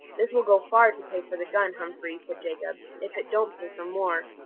this will go far to pay for the gun, humphrey, said jacob, if it don't pay for more.